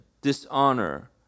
dishonor